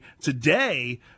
today